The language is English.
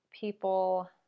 people